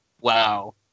Wow